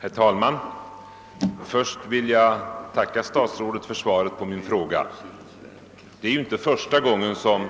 Herr talman! Först vill jag tacka statsrådet för svaret på min fråga. Det är inte första gången som